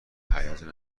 هیجان